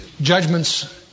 judgments